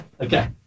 Okay